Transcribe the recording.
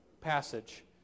passage